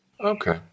Okay